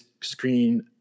screen